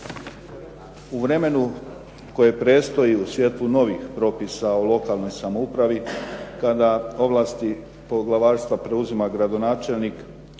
U vremenu koje predstoji u svjetlu novih propisa o lokalnoj samoupravi kada ovlasti poglavarstva preuzima gradonačelnik,